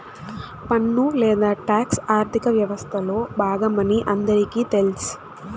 పన్ను లేదా టాక్స్ ఆర్థిక వ్యవస్తలో బాగమని అందరికీ తెల్స